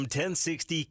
1060